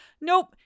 nope